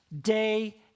day